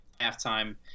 halftime